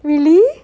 really